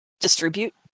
Distribute